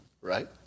right